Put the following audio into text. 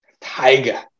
Tiger